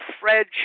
Fred